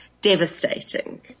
devastating